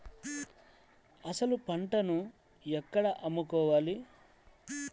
అసలు పంటను ఎక్కడ అమ్ముకోవాలి?